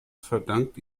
verdankt